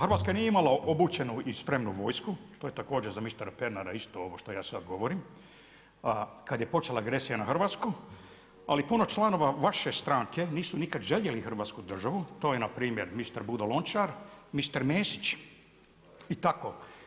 Hrvatska nije imala obučenu i spremnu vojsku, to je također za mistera Pernara isto ovo što ja sad govorim, kad je počela agresija na Hrvatsku, ali puno članova vaše stranke nisu nikad željeli hrvatsku državu, to je npr. mister Budo Lončar, mister Mesić i tako.